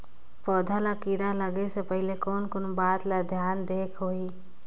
पौध ला कीरा लगे से पहले कोन कोन बात ला धियान देहेक होही?